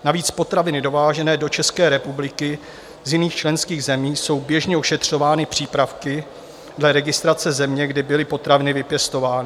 Navíc potraviny dovážené do České republiky z jiných členských zemí jsou běžně ošetřovány přípravky dle registrace země, kde byly potraviny vypěstovány.